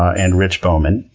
and rich bowman,